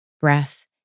breath